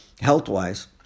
health-wise